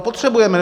Potřebujeme.